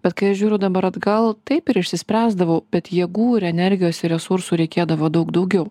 bet kai aš žiūriu dabar atgal taip ir išsispręsdavau bet jėgų ir energijos ir resursų reikėdavo daug daugiau